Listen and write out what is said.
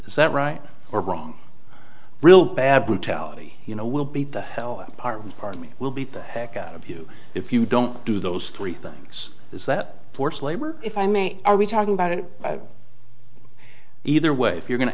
is that right or wrong real bad brutality you know will beat the hell apartment part of me will beat the heck out of you if you don't do those three things is that forced labor if i mean are we talking about it either way if you're going to